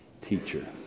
teacher